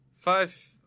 Five